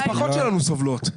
המשפחות שלנו סובלות.